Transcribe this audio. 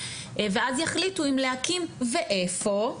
ואז יחליטו אם להקים ואיפה,